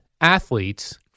athletes